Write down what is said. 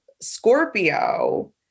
Scorpio